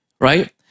Right